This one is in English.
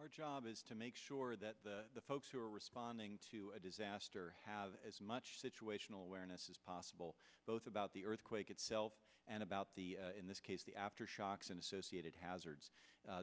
our job is to make sure that the folks who are responding to a disaster have as much situational awareness as possible both about the earthquake itself and about the in this case the aftershocks and associated hazards